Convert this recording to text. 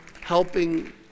helping